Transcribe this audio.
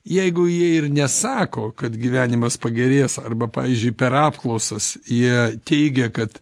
jeigu jie ir nesako kad gyvenimas pagerės arba pavyzdžiui per apklausas jie teigia kad